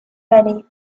many